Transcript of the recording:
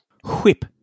Whip